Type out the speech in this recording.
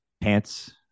pants